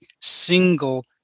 single